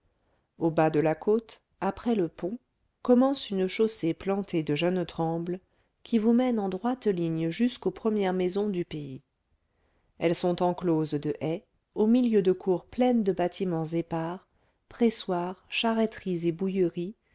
au bas de la côte après le pont commence une chaussée plantée de jeunes trembles qui vous mène en droite ligne jusqu'aux premières maisons du pays elles sont encloses de haies au milieu de cours pleines de bâtiments épars pressoirs charreteries et bouilleries